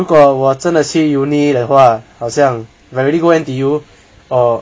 如果我真的是 uni 的话好像 when we go N_T_U or